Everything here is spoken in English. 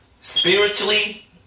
spiritually